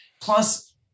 Plus